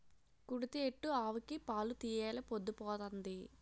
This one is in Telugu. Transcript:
కుడితి ఎట్టు ఆవుకి పాలు తీయెలా పొద్దు పోతంది